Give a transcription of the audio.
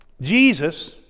Jesus